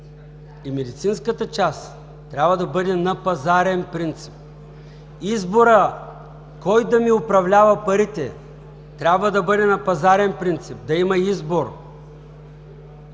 и медицинската част трябва да бъде на пазарен принцип. Изборът кой да ни управлява парите трябва да бъде на пазарен принцип – да има избор.